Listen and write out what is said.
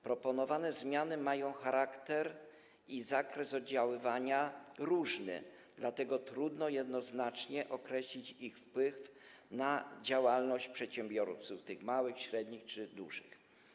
Proponowane zmiany mają różny charakter i zakres oddziaływania, dlatego trudno jednoznacznie określić ich wpływ na działalność przedsiębiorców, zarówno tych małych, jak i średnich czy dużych.